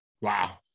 Wow